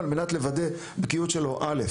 על מנת לוודא את הבקיאות שלו בכמה נושאים.